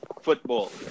football